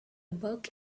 bug